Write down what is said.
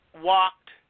walked